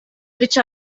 which